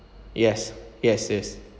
yes yes yes